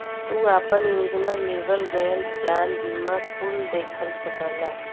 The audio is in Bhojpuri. तू आपन योजना, लेवल गयल प्लान बीमा कुल देख सकला